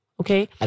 Okay